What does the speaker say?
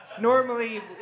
Normally